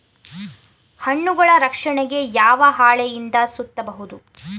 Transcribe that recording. ಹಣ್ಣುಗಳ ರಕ್ಷಣೆಗೆ ಯಾವ ಹಾಳೆಯಿಂದ ಸುತ್ತಬಹುದು?